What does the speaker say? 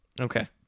Okay